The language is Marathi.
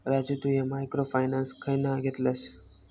राजू तु ह्या मायक्रो फायनान्स खयना घेतलस?